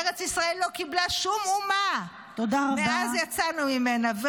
ארץ ישראל לא קיבלה שום אומה מאז יצאנו ממנה.